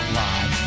live